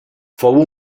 fou